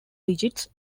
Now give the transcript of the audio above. digits